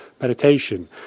meditation